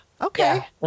okay